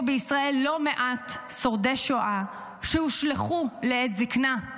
בישראל לא מעט שורדי שואה שהושלכו לעת זקנה.